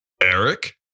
Eric